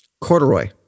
Corduroy